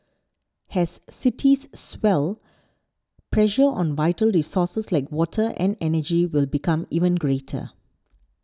as cities swell pressure on vital resources like water and energy will become even greater